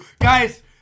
Guys